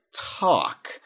talk—